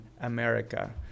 America